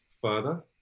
further